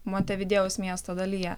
montevidėjaus miesto dalyje